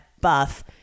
buff